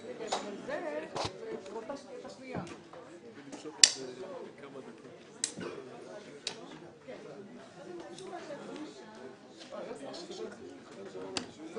10:35.